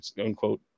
unquote